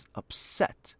upset